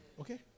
Okay